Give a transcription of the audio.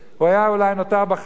הוא היה אולי נותר בחיים.